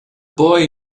boy